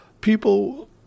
people